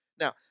Now